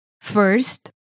First